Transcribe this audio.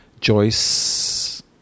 Joyce